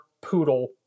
poodle